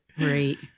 Right